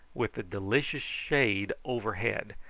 with the delicious shade overhead,